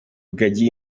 rugagi